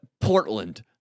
portland